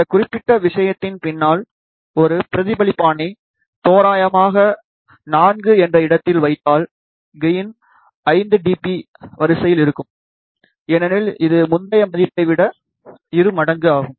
இந்த குறிப்பிட்ட விஷயத்தின் பின்னால் ஒரு பிரதிபலிப்பானை தோராயமாக 4 என்ற இடத்தில் வைத்தால் கெயின் 5 dB வரிசையில் இருக்கும் ஏனெனில் இது முந்தைய மதிப்பை விட இரு மடங்கு ஆகும்